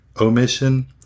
omission